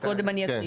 אז קודם אני אציג.